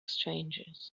strangers